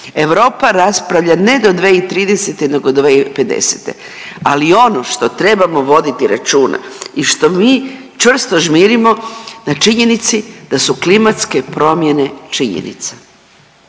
Evropa raspravlja ne do 2030., nego do 2050. Ali ono što trebamo voditi računa i što mi čvrsto žmirimo na činjenici da su klimatske promjene činjenica,